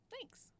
Thanks